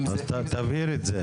אז תבהיר את זה.